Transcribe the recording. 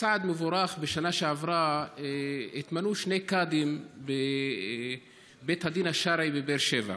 בצעד מבורך בשנה שעברה התמנו שני קאדים לבית הדין השרעי בבאר שבע.